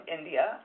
India